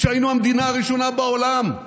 כשהיינו המדינה הראשונה בעולם.